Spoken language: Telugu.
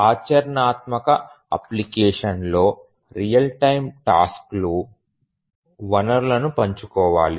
ఆచరణాత్మక అప్లికేషన్ లో రియల్ టైమ్ టాస్క్ లు వనరులను పంచుకోవాలి